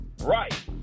Right